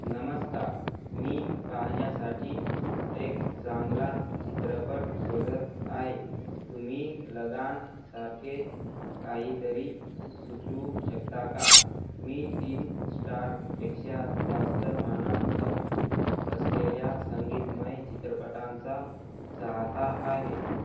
नमस्कार मी पाहण्यासाठी एक चांगला चित्रपट शोधत आहे तुम्ही लगानसारखे काहीतरी सुचवू शकता का मी तीन स्टारपेक्षा जास्त मानांकन असलेल्या संगीतमय चित्रपटांचा चाहता आहे